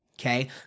okay